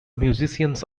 musicians